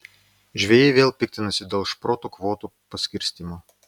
žvejai vėl piktinasi dėl šprotų kvotų paskirstymo